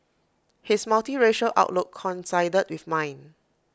his multiracial outlook coincided with mine